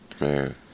Man